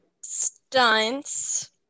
stunts